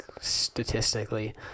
statistically